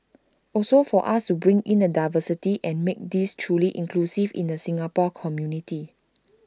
also for us to bring in the diversity and make this truly inclusive in the Singapore community